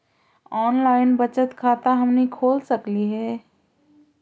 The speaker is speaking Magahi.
ऑनलाइन बचत खाता हमनी खोल सकली हे?